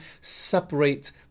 separate